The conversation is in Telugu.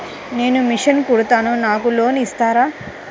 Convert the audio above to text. నేను మిషన్ కుడతాను నాకు లోన్ ఇస్తారా?